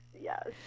Yes